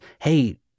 hey